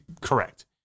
correct